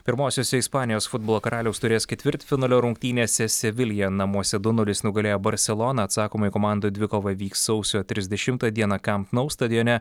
pirmosiose ispanijos futbolo karaliaus taurės ketvirtfinalio rungtynėse sevilija namuose du nulis nugalėjo barseloną atsakomoji komandų dvikova vyks sausio trisdešimtą dieną kamp nou stadione